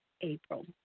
April